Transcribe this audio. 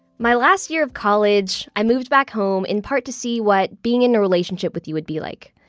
my last year of college i moved back home, in part to see what being in a relationship with you would be like.